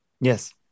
Yes